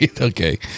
Okay